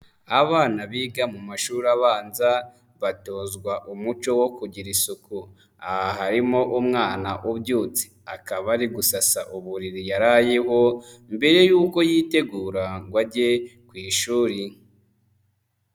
Abana biga mu mashuri abanza batozwa umuco wo kugira isuku, aha harimo umwana ubyutse akaba ari gusasa uburiri yarayeho, mbere y'uko yitegura ngo ajye ku ishuri.